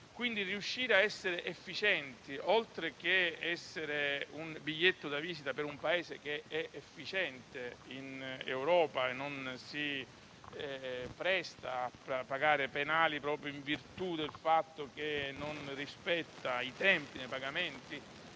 reale. Riuscire a essere efficienti, oltre a essere un biglietto da visita per un Paese che è efficiente in Europa e che non si presta a pagare penali dovute al mancato rispetto dei tempi dei pagamenti,